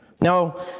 Now